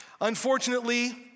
Unfortunately